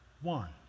one